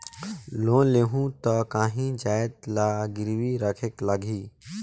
Loan लेहूं ता काहीं जाएत ला गिरवी रखेक लगही?